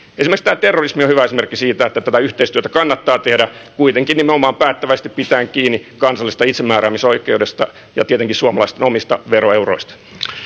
esimerkiksi tämä terrorismi on hyvä esimerkki siitä että tätä yhteistyötä kannattaa tehdä kuitenkin nimenomaan pitäen päättäväisesti kiinni kansallisesta itsemääräämisoikeudesta ja tietenkin suomalaisten omista veroeuroista